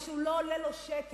ושהוא לא עולה לו שקל.